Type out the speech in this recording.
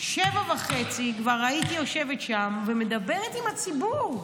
ב-07:30 כבר הייתי יושבת שם ומדברת עם הציבור.